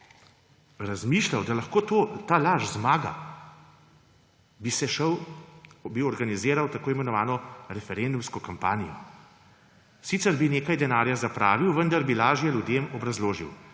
razmišljal, da lahko ta laž zmaga, bi organiziral tako imenovano referendumsko kampanjo. Sicer bi nekaj denarja zapravil, vendar bi lažje ljudem obrazložil.